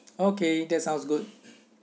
okay that sounds good